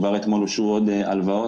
כבר אתמול אושרו עוד הלוואות,